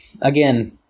again